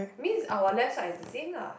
means our left side is the same lah